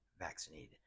vaccinated